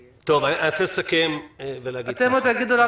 רוצה לסכם ולהגיד כך -- אתם עוד תגידו לנו